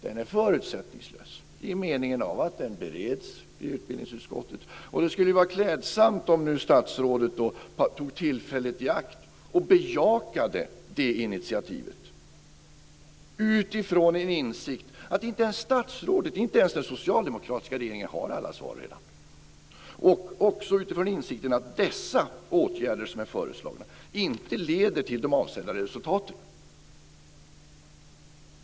Den är förutsättningslös i den meningen att den bereds i utbildningsutskottet. Det skulle vara klädsamt om nu statsrådet tog tillfället i akt att bejaka det initiativet utifrån en insikt om att inte ens statsrådet, inte ens den socialdemokratiska regeringen, redan har alla svar. Det vore också bra med en insikt om att de åtgärder som här är föreslagna inte leder till de avsedda resultaten.